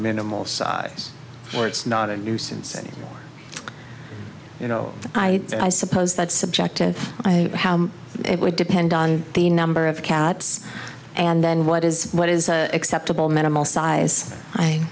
minimal size where it's not a nuisance and you know i suppose that's subjective i how it would depend on the number of cats and then what is what is acceptable minimal size i